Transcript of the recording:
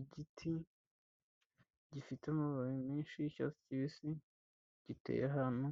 Igiti gifite amababi menshi y'icyatsi kibisi giteye ahantu,